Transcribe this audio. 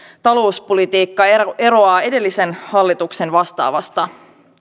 talouspolitiikka eroaa edellisen hallituksen vastaavasta